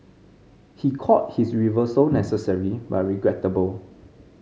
he called his reversal necessary but regrettable